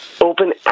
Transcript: Open